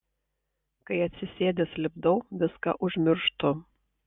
kai atsisėdęs lipdau viską užmirštu